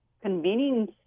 convening